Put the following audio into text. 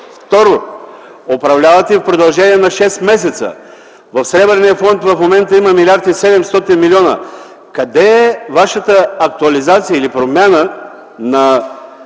Второ, управлявате в продължение на шест месеца. В Сребърния фонд в момента има 1 млрд. и 700 млн. Къде е вашата актуализация или промяна в